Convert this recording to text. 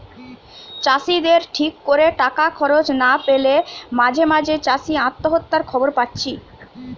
চাষিদের ঠিক কোরে টাকা খরচ না পেলে মাঝে মাঝে চাষি আত্মহত্যার খবর পাচ্ছি